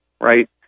right